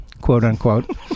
quote-unquote